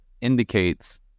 indicates